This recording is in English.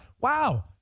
wow